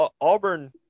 auburn